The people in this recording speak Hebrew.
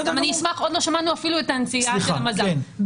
עוד לא שמענו אפילו את הנציגה של מז"פ.